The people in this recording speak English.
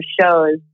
shows